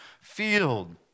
field